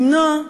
למנוע,